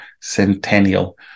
Centennial